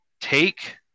take